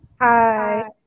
Hi